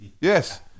Yes